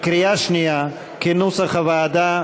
כנוסח הוועדה,